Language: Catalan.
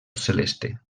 celeste